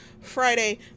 Friday